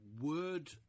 word